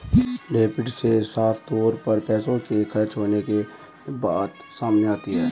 debit से साफ तौर पर पैसों के खर्च होने के बात सामने आती है